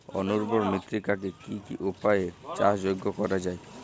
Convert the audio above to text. অনুর্বর মৃত্তিকাকে কি কি উপায়ে চাষযোগ্য করা যায়?